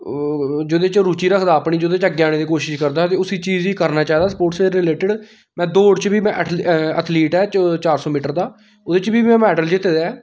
जेहदे च रुचि रखदा अपनी जेह्दे च अग्गें आने दी कोशिश करदा कि उसी चीज गी करना चाहिदा स्पोर्टस दे रिलेटिड में दौड़ च बी में अथलीट ऐ चार सौ मीटर दा ओह्दे च बी में मेडल जित्ते दा ऐ